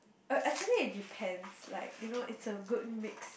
uh actually it depends like you know it's a good mix